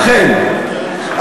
ובכן,